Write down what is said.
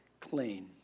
clean